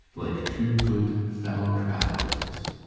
like two good fellow-travellers.